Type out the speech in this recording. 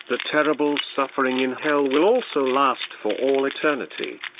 the terrible suffering in hell will also last for all eternity.